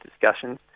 discussions